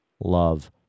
love